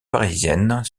parisiennes